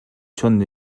чоно